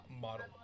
model